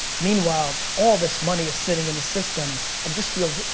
meanwhile, all this money is sitting in the system and it just feels,